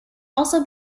also